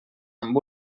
amb